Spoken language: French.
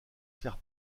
faire